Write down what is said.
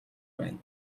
байна